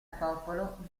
popolo